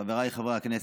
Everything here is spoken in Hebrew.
חבריי חברי הכנסת,